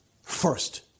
first